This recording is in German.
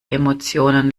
emotionen